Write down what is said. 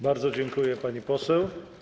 Bardzo dziękuję, pani poseł.